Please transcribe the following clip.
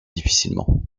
difficilement